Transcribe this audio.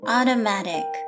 Automatic